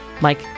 Mike